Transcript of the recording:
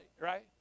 right